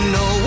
no